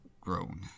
grown